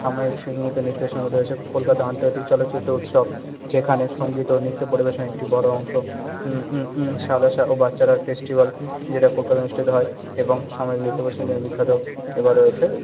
সাময়িক সেগুলিতে নৃত্য কলকাতা আন্তর্জাতিক চলচ্চিত্র উৎসব যেখানে সঙ্গীত ও নৃত্য পরিবেশন একটি বড়ো অংশ সালসা ও বাচ্চারা ফেস্টিভ্যাল যেটা কলকাতায় অনুষ্ঠিত হয় এবং সামাজিক নৃত্য পরিবেশনে বিখ্যাত এবা রয়েছে